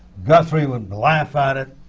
guthrie would laugh at it.